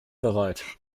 bereit